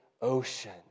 ocean